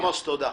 עמוס, תודה.